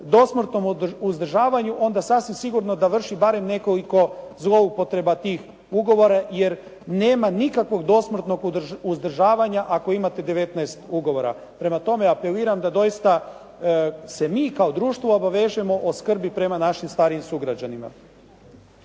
dosmrtnom uzdržavanju, onda sasvim sigurno da vrši nekoliko zloupotreba tih ugovora jer nema nikakvog dosmrtnog uzdržavanja ako imate 19 ugovora. Prema tome, apeliram da dosita se mi kao društvo obavežemo o skrbi prema našim starijim sugrađanima.